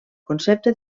concepte